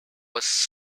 was